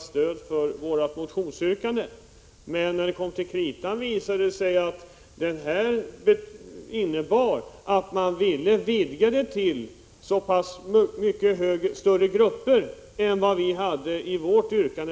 stöd för våra motionsyrkanden. Men när det kom till kritan visade det sig att reservationen innebar att ni ville vidga jämkningsmöjligheterna till att gälla betydligt större grupper än vad vpk föreslog i sitt yrkande.